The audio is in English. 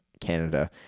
Canada